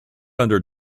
under